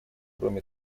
кроме